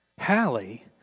Hallie